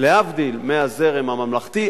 להבדיל מהזרם הממלכתי,